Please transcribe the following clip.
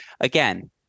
again